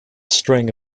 string